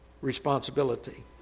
responsibility